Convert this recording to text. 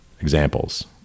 Examples